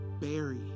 Barry